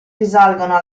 risalgono